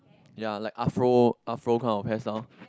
ya like Afro Afro kind of hairstyle